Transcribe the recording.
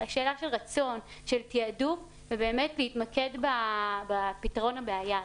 השאלה היא של רצון ושל תיעדוף ובאמת להתמקד בפתרון הבעיה הזאת.